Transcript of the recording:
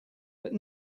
but